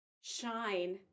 shine